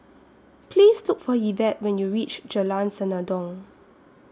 Please Look For Yvette when YOU REACH Jalan Senandong